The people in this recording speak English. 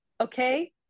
Okay